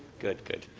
good, good.